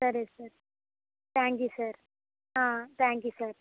సరే sir thank you sir ఆ thank you sir